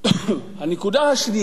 הנקודה השנייה,